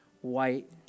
white